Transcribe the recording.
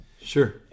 Sure